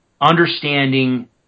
understanding